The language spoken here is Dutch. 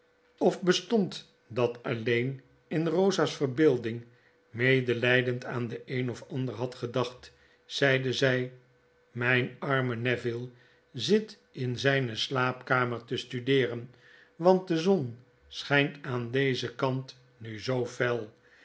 of bestond dat alleen in rosa's verbeelding medelydend aan den een of ander had gedacht zeide zij mijn arme neville zit in zijneslaapkamer te studeeren want de zoii schijnt aan dezen kant nu zoo fel